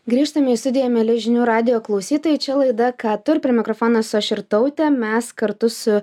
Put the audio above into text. grįžtame į studiją mieli žinių radijo klausytojai čia laida ką tu ir per mikrofono esu aš irtautė mes kartu su